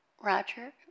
Roger